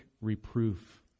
reproof